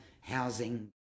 housing